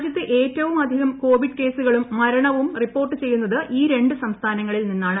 രാജ്യത്ത് ഏറ്റവും അധികം കോവിഡ് കേസുകളും മരണങ്ങളും റിപ്പോർട്ട് ചെയ്യുന്നത് ഈ രണ്ട് സംസ്ഥാനങ്ങളിൽ നിന്നാണ്